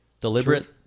Deliberate